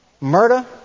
murder